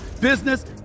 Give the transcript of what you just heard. business